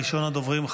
ראשון הדוברים,